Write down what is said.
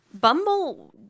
Bumble